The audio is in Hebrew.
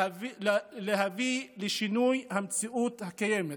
להביא לשינוי המציאות הקיימת.